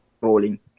rolling